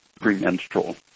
premenstrual